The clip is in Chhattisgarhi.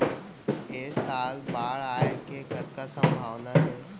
ऐ साल बाढ़ आय के कतका संभावना हे?